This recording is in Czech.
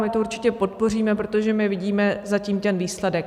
My to určitě podpoříme, protože my vidíme za tím výsledek.